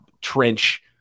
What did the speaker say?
trench